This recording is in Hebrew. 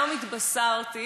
היום התבשרתי